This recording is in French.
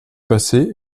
passé